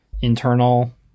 internal